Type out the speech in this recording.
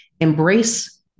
embrace